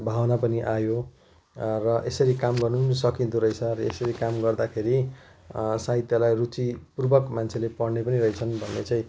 भावना पनि आयो र यसरी काम गर्नु पनि सकिँदो रहेछ र यसरी काम गर्दाखेरि साहित्यलाई रुचिरुपक मान्छेले पढ्ने पनि रहेछन् भन्ने चाहिँ